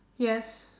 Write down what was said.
yes